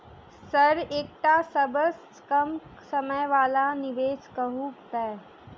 Sir एकटा सबसँ कम समय वला निवेश कहु तऽ?